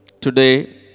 Today